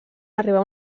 arribar